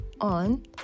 on